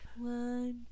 one